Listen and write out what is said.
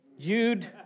Jude